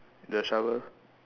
the shovel